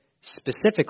specifically